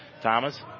Thomas